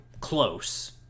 close